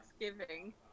Thanksgiving